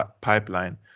pipeline